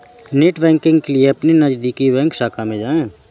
net banking के लिए अपने नजदीकी बैंक शाखा में जाए